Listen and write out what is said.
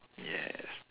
yes